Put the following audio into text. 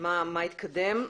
ומה התקדם.